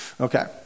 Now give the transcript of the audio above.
Okay